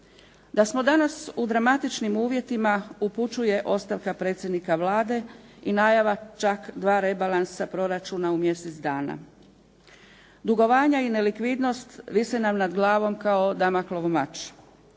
Da smo danas u dramatičnim uvjetima, upućuje ostavka predsjednika Vlade i najava čak dva rebalansa proračuna u mjesec dana. Dugovanja i nelikvidnost vise nam nad glavom kao Damoklov mač.